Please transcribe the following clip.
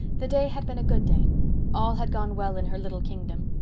the day had been a good day all had gone well in her little kingdom.